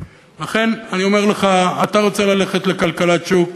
אכן, אני אומר לך, אתה רוצה ללכת לכלכלת שוק,